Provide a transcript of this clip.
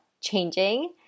changing